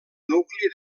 nucli